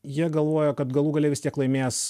jie galvojo kad galų gale vis tiek laimės